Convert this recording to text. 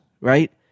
right